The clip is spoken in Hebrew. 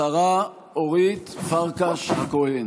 השרה אורית פרקש הכהן.